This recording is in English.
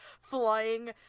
flying